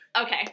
Okay